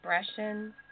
expression